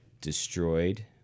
destroyed